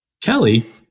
Kelly